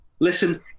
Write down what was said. Listen